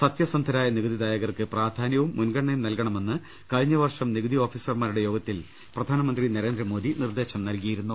സത്യസന്ധരായ നികുതിദായകർക്ക് പ്രാധാന്യവും മുൻഗണനയും നൽകണമെന്ന് കഴിഞ്ഞ വർഷം നികുതി ഓഫീസർമാരുടെ യോഗത്തിൽ പ്രധാനമന്ത്രി നരേന്ദ്രമോദി നിർദ്ദേശം നൽകിയിരുന്നു